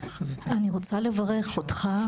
אני רוצה לברך אותך,